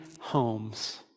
homes